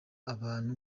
abantu